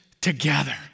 together